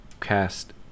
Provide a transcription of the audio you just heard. cast